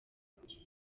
kugira